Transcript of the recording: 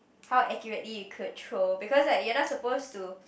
how accurately you could throw because like you're not supposed to